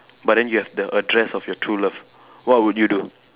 but then you have the address of your true love what would you do